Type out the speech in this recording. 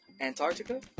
Antarctica